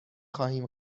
خواهیم